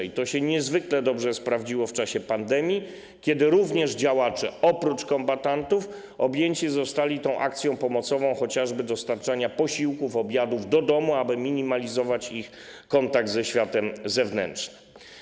I to się niezwykle dobrze sprawdziło w czasie pandemii, kiedy również działacze opozycyjni, oprócz kombatantów, objęci zostali akcją pomocową chociażby dostarczania posiłków, obiadów do domu, aby minimalizować ich kontakt ze światem zewnętrznym.